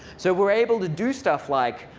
so we're able to do stuff like,